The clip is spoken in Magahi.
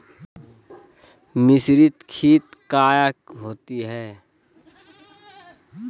मिसरीत खित काया होती है?